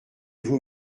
vous